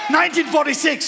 1946